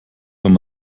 wenn